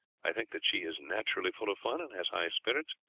i think that she is naturally full of fun and has high spirits,